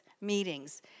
meetings